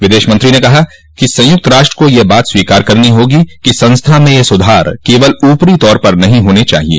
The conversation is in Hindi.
विदेश मंत्री ने कहा कि संयुक्त राष्ट्र को यह बात स्वीकार करनी होगी कि संस्था में ये सुधार केवल ऊपरी तौर पर नहीं होने चाहिए